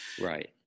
Right